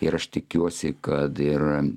ir aš tikiuosi kad ir